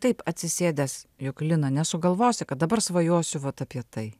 taip atsisėdęs juk lina nesugalvosi kad dabar svajosiu vat apie tai